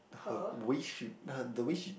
her way she her the way she